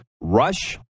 Rush